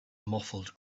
muffled